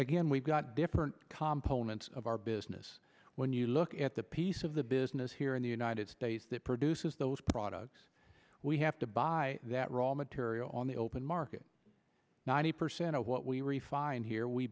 again we've got different campolo meant of our business when you look at the piece of the business here in the united states that produces those products we have to buy that raw material on the open market ninety percent of what we refine here we